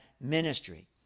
ministry